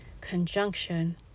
conjunction